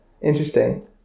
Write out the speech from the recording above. interesting